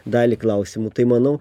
dalį klausimų tai manau